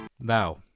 Now